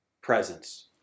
presence